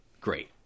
Great